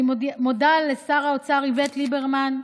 אני מודה לשר האוצר איווט ליברמן,